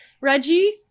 Reggie